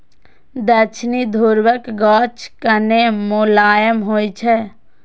दक्षिणी ध्रुवक गाछ कने मोलायम होइ छै